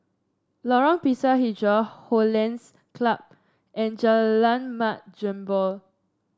Lorong Pisang hijau Hollandse Club and Jalan Mat Jambol